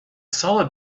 solid